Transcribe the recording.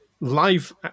Live